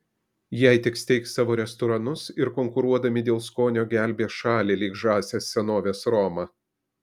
jei tik steigs savo restoranus ir konkuruodami dėl skonio gelbės šalį lyg žąsys senovės romą